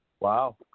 Wow